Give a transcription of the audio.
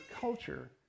culture